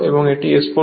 এবং এটি হল S পোল